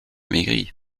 maigri